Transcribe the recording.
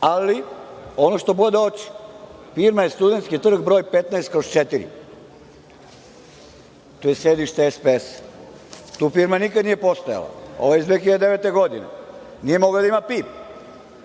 ali ono što bode oči, firma je Studentski trg broj 15/4. Tu je sedište SPS. Tu firma nikada nije postojala. Ovo je iz 2009. godine. Nije mogla da ima PIB.